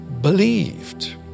believed